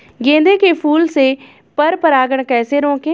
गेंदे के फूल से पर परागण कैसे रोकें?